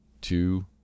two